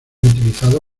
utilizado